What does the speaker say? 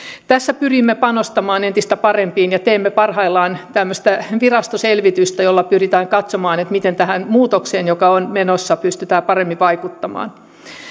tässä pyrimme panostamaan entistä parempiin ja teemme parhaillaan virastoselvitystä jolla pyritään katsomaan miten tähän muutokseen joka on menossa pystytään paremmin vaikuttamaan